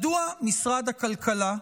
מדוע משרד הכלכלה,